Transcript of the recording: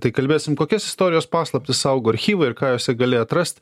tai kalbėsim kokias istorijos paslaptis saugo archyvai ir ką jose gali atrast